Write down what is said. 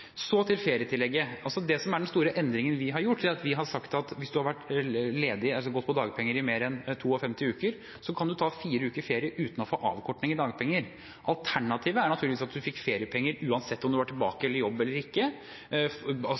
Så til ferietillegget. Det som er den store endringen vi har gjort, er at vi har sagt at hvis man har vært ledig, gått på dagpenger i mer enn 52 uker, kan man ta fire uker ferie uten å få avkorting i dagpenger. Alternativet er naturligvis at man fikk feriepenger uansett om man var tilbake i jobb eller ikke, altså